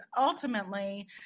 Ultimately